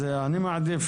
אני מעדיף